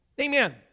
Amen